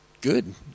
good